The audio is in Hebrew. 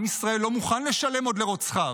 עם ישראל לא מוכן לשלם עוד לרוצחיו.